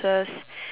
and then